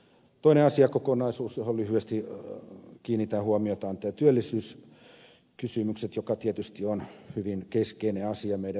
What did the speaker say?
toinen asiakokonaisuus johon lyhyesti kiinnitän huomiota ovat työllisyyskysymykset jotka tietysti ovat hyvin keskeinen asia meidän yhteiskunnassamme